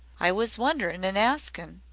i was wonderin' an' askin'.